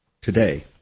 Today